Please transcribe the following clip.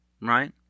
right